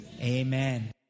Amen